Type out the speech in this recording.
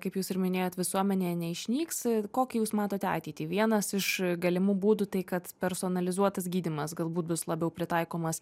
kaip jūs ir minėjot visuomenėje neišnyks kokią jūs matote ateitį vienas iš galimų būdų tai kad personalizuotas gydymas galbūt bus labiau pritaikomas